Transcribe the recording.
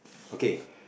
okay